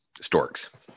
Storks